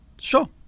sure